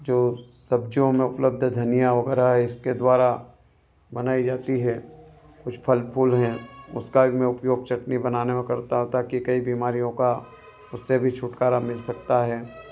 जो सब्जियों में उपलब्ध धनिया वगैरह है इसके द्वारा बनाई जाती है कुछ फल फूल है उसका मैं उपयोग चटनी बनाने में करता हूँ ताकी कई बीमारियों का इससे भी छुटकारा मिल सकता है